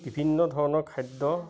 বিভিন্ন ধৰণৰ খাদ্য